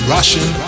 Russian